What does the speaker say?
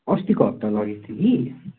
अस्तिको हप्ता लगेको थिएँ कि